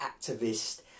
activist